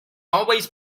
always